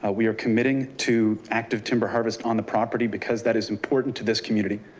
ah we are committing to active timber harvest on the property because that is important to this community.